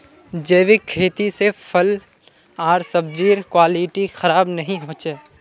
जैविक खेती से फल आर सब्जिर क्वालिटी खराब नहीं हो छे